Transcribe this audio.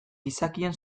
gizakien